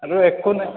আৰু একো নাই